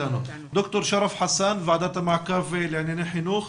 ד"ר שרף חסאן, ועדת המעקב לענייני חינוך.